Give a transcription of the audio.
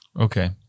Okay